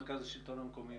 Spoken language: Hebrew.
מרכז השלטון המקומי.